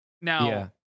Now